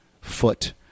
foot